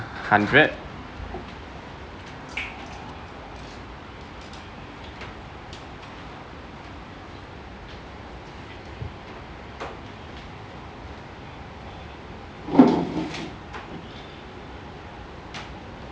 hundred